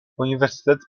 uniwersytet